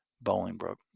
Bolingbroke